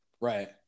right